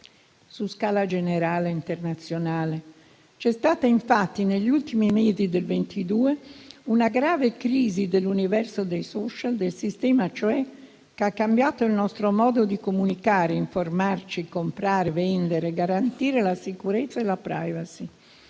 su scala generale internazionale. C'è stata, infatti, negli ultimi mesi del 2022, una grave crisi dell'universo dei *social*, del sistema, cioè, che ha cambiato il nostro modo di comunicare, informarci, comprare, vendere, garantire la sicurezza e la *privacy*.